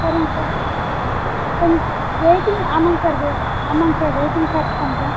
சரிங்க சார் கொஞ்சம் வெயிட்டிங் ஆமாம்ங்க சார் ஆமாம்ங்க சார் வெயிட்டிங் சார்ஜ் பண்ணுறோம்